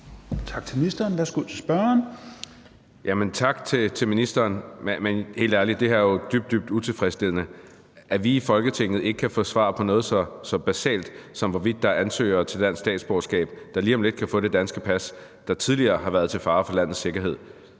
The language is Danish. Tak til ministeren. Værsgo til spørgeren. Kl. 16:06 Marcus Knuth (KF): Tak til ministeren. Men helt ærligt: Det er jo dybt, dybt utilfredsstillende, at vi i Folketinget ikke kan få svar på noget så basalt, som hvorvidt der er ansøgere til dansk statsborgerskab, der lige om lidt kan få det danske pas, som tidligere har været til fare for landets sikkerhed.